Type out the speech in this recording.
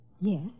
Yes